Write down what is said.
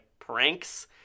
pranks